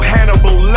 Hannibal